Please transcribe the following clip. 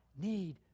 need